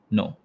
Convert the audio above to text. No